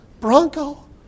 Bronco